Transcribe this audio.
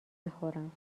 میخورم